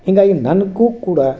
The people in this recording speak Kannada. ಹೀಗಾಗಿ ನನಗೂ ಕೂಡ